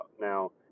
now